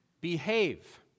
Behave